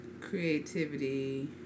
Creativity